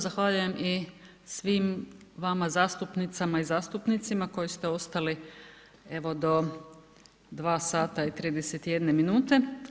Zahvaljujem i svim vama zastupnicama i zastupnicima koji ste ostali evo do 2 sata i 31 minute.